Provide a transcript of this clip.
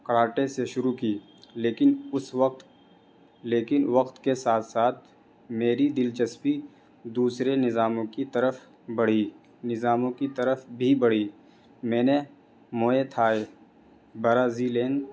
karate سے شروع کی لیکن اس وقت لیکن وقت کے ساتھ ساتھ میری دلچسپی دوسرے نظاموں کی طرف بڑھی نظاموں کی طرف بھی بڑھی میں نے موئے تھائی برازیلین